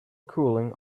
cooling